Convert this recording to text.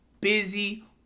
busy